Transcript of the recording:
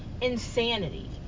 Insanity